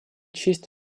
честь